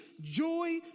joy